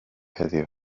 heddiw